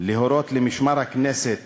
להורות למשמר הכנסת